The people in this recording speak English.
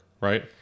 right